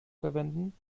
verwenden